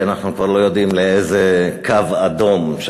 כי אנחנו כבר לא יודעים לאיזה קו אדום נגיע